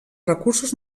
recursos